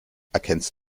erkennst